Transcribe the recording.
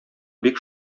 бик